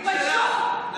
תתביישו.